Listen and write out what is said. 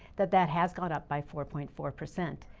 that that has gone up by four point four percent.